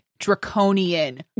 draconian